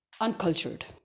uncultured